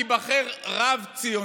ייבחר רב ציוני.